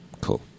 Cool